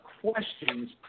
questions